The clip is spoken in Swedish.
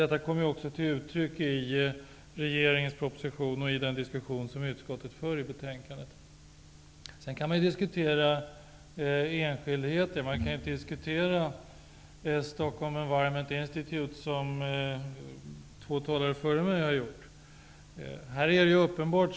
Detta kommer också till uttryck i regeringens proposition och i den diskussion som utskottet för i betänkandet. Sedan kan man diskutera enskildheter, bl.a. Stockholm Environment Institute, som två talare före mig har tagit upp.